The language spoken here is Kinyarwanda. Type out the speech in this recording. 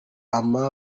yajya